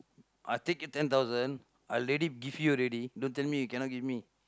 I take your ten thousand I already give you already don't tell me you cannot give me